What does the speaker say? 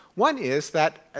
one is that, ah